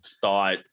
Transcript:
thought